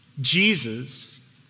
Jesus